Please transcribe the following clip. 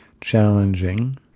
challenging